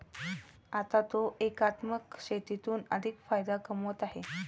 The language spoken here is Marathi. आता तो एकात्मिक शेतीतून अधिक नफा कमवत आहे